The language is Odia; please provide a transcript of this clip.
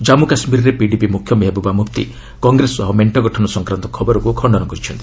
ଜଜ୍ମ କାଶ୍ରୀର୍ରେ ପିଡିପି ମ୍ରଖ୍ୟ ମେହବୂବା ମ୍ରଫ୍ତି କଂଗ୍ରେସ ସହ ମେଣ୍ଟ ଗଠନ ସଂକ୍ରାନ୍ତ ଖବରକୁ ଖଣ୍ଡନ କରିଛନ୍ତି